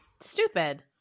Stupid